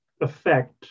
affect